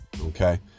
Okay